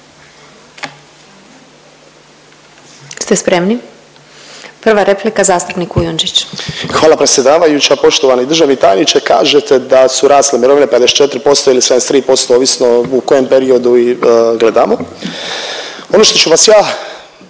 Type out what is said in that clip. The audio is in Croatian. Ste spremni? Prva replika, zastupnik Kujundžić.